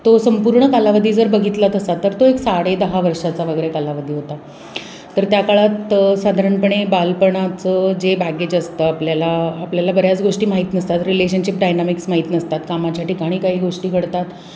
तो संपूर्ण कालावधी जर बघितला तसा तर तो एक साडे दहा वर्षाचा वगैरे कालावधी होता तर त्या काळात साधारणपणे बालपणाचं जे बॅगेज असतं आपल्याला आपल्याला बऱ्याच गोष्टी माहीत नसतात रिलेशनशीप डायनॉमिक्स माहीत नसतात कामाच्या ठिकाणी काही गोष्टी घडतात